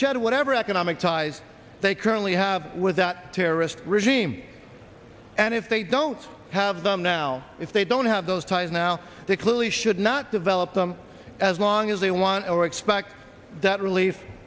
shed whatever economic ties they currently have with that terrorist regime and if they don't have them now if they don't have those ties now they clearly should not develop them as long as they want or expect that rel